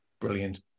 Brilliant